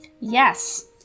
Yes